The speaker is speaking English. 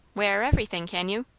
wear everything, can you?